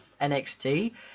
NXT